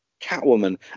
Catwoman